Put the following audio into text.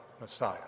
Messiah